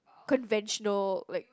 conventional like